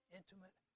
intimate